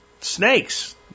snakes